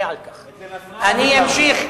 אני גאה על כך.